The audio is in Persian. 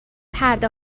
پرده